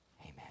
Amen